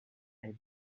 est